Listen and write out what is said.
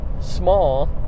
small